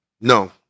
No